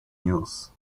use